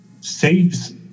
saves